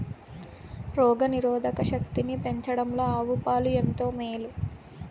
రోగ నిరోధక శక్తిని పెంచడంలో ఆవు పాలు ఎంతో మేలు